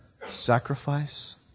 Sacrifice